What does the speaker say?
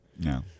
No